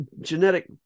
Genetic